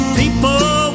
people